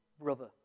brother